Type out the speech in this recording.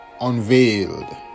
unveiled